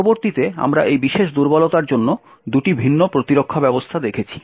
পরবর্তীতে আমরা এই বিশেষ দুর্বলতার জন্য দুটি ভিন্ন প্রতিরক্ষা ব্যবস্থা দেখেছি